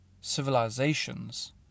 civilizations